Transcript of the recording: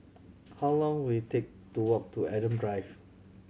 how long will it take to walk to Adam Drive